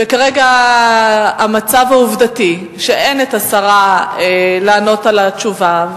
וכרגע המצב העובדתי הוא שהשרה איננה כדי לענות תשובה.